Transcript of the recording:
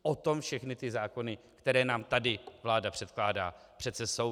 O tom všechny ty zákony, které nám tady vláda předkládá, přece jsou.